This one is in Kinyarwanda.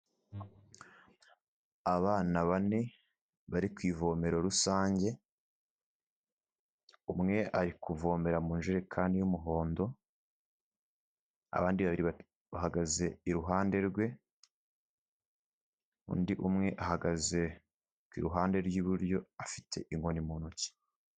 Abana bane bari ku ivomero rusange umwe, ari kuvomera mujerekani y'umuhondo abandi bahagaze iruhande rwe undi umwe ahagaze iruhande rw'iburyo afite inkoni mu ntoki.